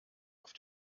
auf